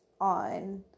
on